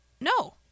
No